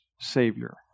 Savior